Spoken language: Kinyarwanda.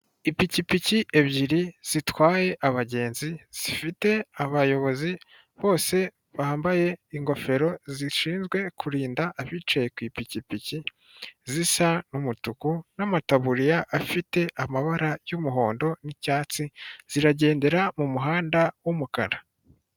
Ipikipiki ebyiri zitwaye abagenzi zifite abayobozi bose bambaye ingofero zishinzwe kurinda abicaye ku ipikipiki zisa n'umutuku n'amataburiya afite amabara y'umuhondo n'icyatsi ziragendera mu muhanda w'umukara.